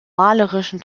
malerischen